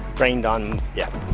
rained on, yep.